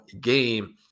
game